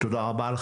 תודה רבה.